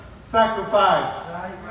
sacrifice